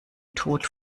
tod